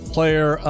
Player